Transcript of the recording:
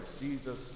Jesus